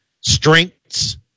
strengths